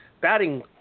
batting